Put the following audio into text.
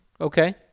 Okay